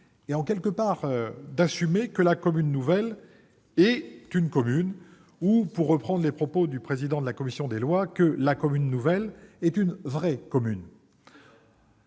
et quelque part d'assumer, que la commune nouvelle est une commune. Ou, pour reprendre les propos de M. le président de la commission des lois, que la « commune nouvelle est une vraie commune